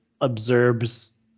observes